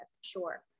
Sure